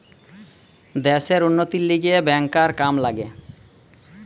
দ্যাশের উন্নতির লিগে ব্যাংকার কাম লাগে